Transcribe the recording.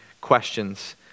questions